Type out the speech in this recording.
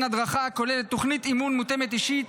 הדרכה הכוללת תוכנית אימון מותאמת אישית,